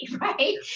right